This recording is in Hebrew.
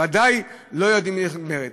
ודאי לא יודעים איך נגמרת.